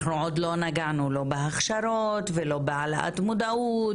אנחנו עוד לא נגענו לא בהכשרות ולא בהעלאת מודעות,